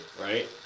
right